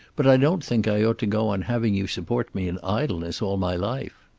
but i don't think i ought to go on having you support me in idleness all my life.